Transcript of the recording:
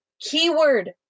keyword